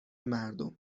مردم